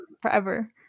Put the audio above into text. forever